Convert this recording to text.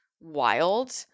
wild